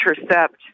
intercept